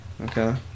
Okay